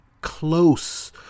close